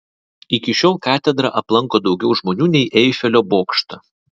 iki šiol katedrą aplanko daugiau žmonių nei eifelio bokštą